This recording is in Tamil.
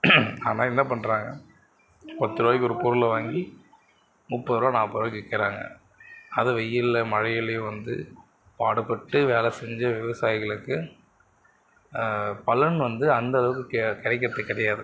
ஆனால் என்ன பண்றாங்க பத்து ரூவாய்க்கு ஒரு பொருளை வாங்கி முப்பது ரூபா நாப்பது ரூபாய்க்கு விற்கிறாங்க அதுவும் வெயிலில் மழையிலேயும் வந்து பாடுபட்டு வேலை செஞ்சு விவசாயிகளுக்கு பலன் வந்து அந்தளவுக்கு கெ கிடைக்கிறது கிடையாது